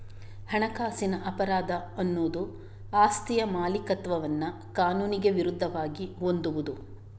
ಹಣಕಾಸಿನ ಅಪರಾಧ ಅನ್ನುದು ಆಸ್ತಿಯ ಮಾಲೀಕತ್ವವನ್ನ ಕಾನೂನಿಗೆ ವಿರುದ್ಧವಾಗಿ ಹೊಂದುವುದು